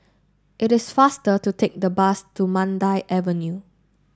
it is faster to take the bus to Mandai Avenue